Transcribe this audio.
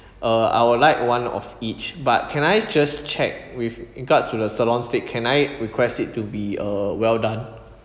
uh I would like one of each but can I just check with regards to the sirloin steak can I request it to be uh well done